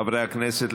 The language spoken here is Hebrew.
חברי הכנסת,